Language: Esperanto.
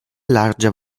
larĝa